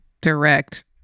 direct